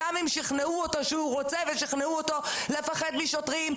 גם אם שכנעו אותו שהוא רוצה ושכנעו אותו לפחד משוטרים,